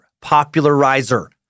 popularizer